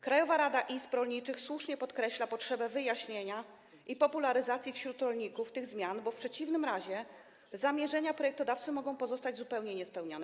Krajowa Rada Izb Rolniczych słusznie podkreśla potrzebę wyjaśnienia i popularyzacji wśród rolników tych zmian, bo w przeciwnym razie zamierzenia projektodawcy mogą pozostać zupełnie niespełnione.